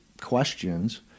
questions